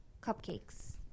cupcakes